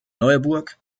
neuburg